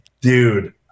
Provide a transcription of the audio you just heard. dude